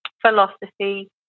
philosophy